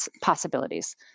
possibilities